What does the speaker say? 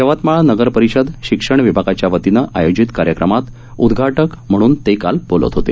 यवतमाळ नगर परिषद शिक्षण विभागाच्यावतीनं आयोजित कार्यक्रमात उद्घाटक म्हणून ते काल बोलत होते